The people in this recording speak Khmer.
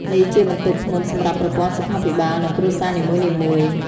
នេះជាបន្ទុកធ្ងន់សម្រាប់ប្រព័ន្ធសុខាភិបាល និងគ្រួសារនីមួយៗ។